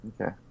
Okay